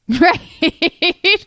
Right